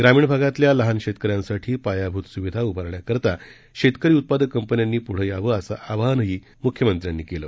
ग्रामीण भागातल्या लहान शेतकऱ्यांसाठी पायाभूत सुविधा उभारण्याकरता शेतकरी उत्पादक कंपन्यांनी पुढे यावं असं आवाहनही मुख्यमंत्र्यांनी केलं